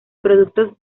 productos